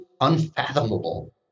unfathomable